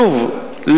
שוב,